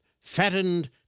fattened